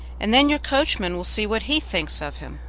and then your coachman will see what he thinks of him.